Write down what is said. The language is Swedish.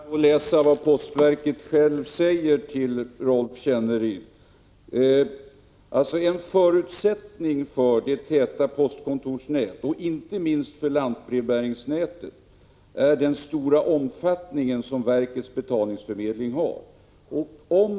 Herr talman! Jag kan bara läsa upp vad postverket självt säger: ”En förutsättning för det täta postkontorsnätet och inte minst för lantbrevbäringsnätet är den stora omfattningen som verkets betalningsförmedling har.